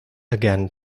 again